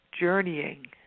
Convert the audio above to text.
journeying